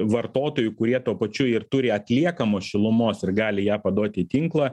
vartotojų kurie tuo pačiu ir turi atliekamos šilumos ir gali ją paduoti į tinklą